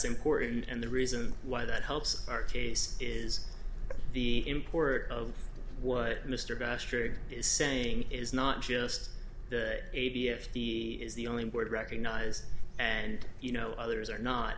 important and the reason why that helps our case is the import of what mr bastard is saying is not just the a t f the is the only word recognized and you know others are not